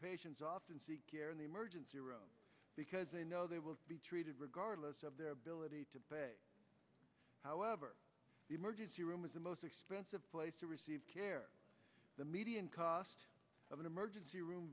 patients often in the emergency room because they know they will be treated regardless of their ability to pay however the emergency room is the most expensive place to receive care the median cost of an emergency room